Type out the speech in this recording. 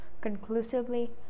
Conclusively